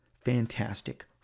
fantastic